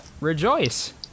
rejoice